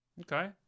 Okay